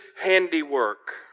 handiwork